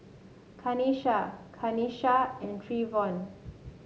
Kanesha Kanesha and Treyvon